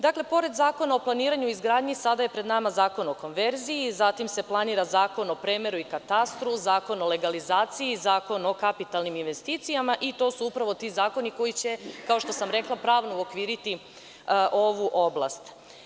Dakle, pored Zakona o planiranju i izgradnji sada je pred nama zakon o konverziji, zatim se planira zakon o premeru i katastru, zakon o legalizaciji, zakon o kapitalnim investicijama i to su upravo ti zakoni koji će, kao što sam rekla, uokviriti ovu oblast.